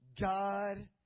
God